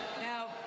Now